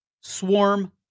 Swarm